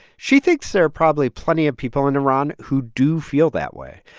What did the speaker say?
she thinks there are probably plenty of people in iran who do feel that way.